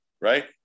Right